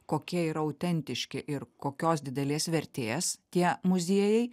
kokie yra autentiški ir kokios didelės vertės tie muziejai